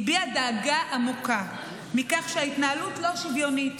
היא הביעה דאגה עמוקה מכך שההתנהלות לא שוויונית,